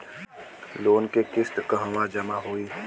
Loan के किस्त कहवा जामा होयी?